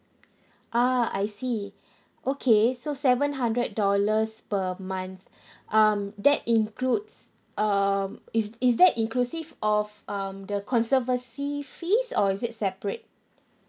uh I see okay so seven hundred dollars per month um that includes um is is that inclusive of um the conservancy fees or is it separate